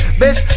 bitch